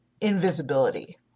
invisibility